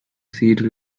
cedar